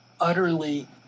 utterly